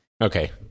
okay